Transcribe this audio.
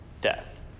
death